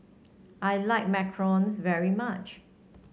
I like macarons very much